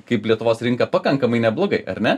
kaip lietuvos rinka pakankamai neblogai ar ne